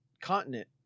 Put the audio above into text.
continent